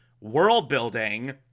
world-building